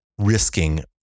risking